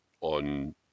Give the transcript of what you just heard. on